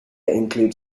include